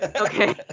okay